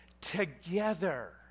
together